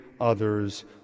others